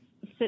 sit